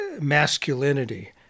masculinity